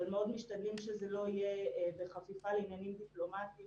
אבל מאוד משתדלים שזה לא יהיה בחפיפה לעניינים דיפלומטיים